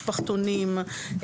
משפחתונים,